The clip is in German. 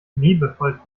liebevoll